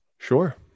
Sure